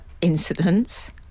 incidents